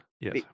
yes